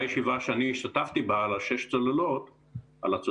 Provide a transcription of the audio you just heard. ישיבה שאני השתתפתי בה על הצוללת השישית,